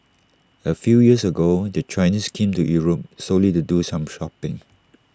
A few years ago the Chinese came to Europe solely to do some shopping